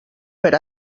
per